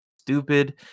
stupid